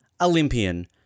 Olympian